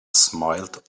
smiled